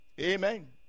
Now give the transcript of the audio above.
Amen